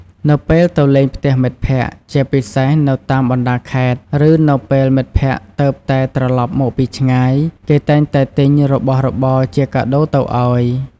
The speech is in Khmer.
នៅពេលទៅលេងផ្ទះមិត្តភក្តិ ជាពិសេសនៅតាមបណ្ដាខេត្ត ឬនៅពេលមិត្តភក្តិទើបតែត្រឡប់មកពីឆ្ងាយ គេតែងតែទិញរបស់របរជាកាដូទៅឲ្យ។